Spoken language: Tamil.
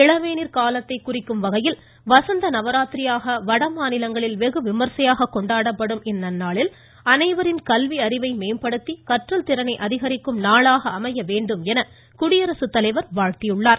இளவேனிற்காலத்தை குறிக்கும் வகையில் வசந்த நவராத்திரியாக வடமாநிலங்களில் வெகு விமரிசையாக கொண்டாடப்படும் இந்நன்னாள் அனைவரின் கல்வி அறிவை மேம்படுத்தி கற்றல் திறனை அதிகரிக்கும் நாளாக அமைய வேண்டும் என குடியரசுத்தலைவர் வாழ்த்தியுள்ளார்